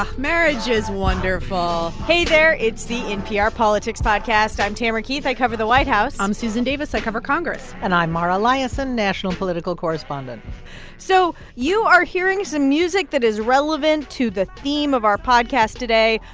ah marriage is wonderful hey there. it's the npr politics podcast. i'm tamara keith. i cover the white house i'm susan davis. i cover congress and i'm mara liasson, national political correspondent so you are hearing some music that is relevant to the theme of our podcast today.